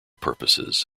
purposes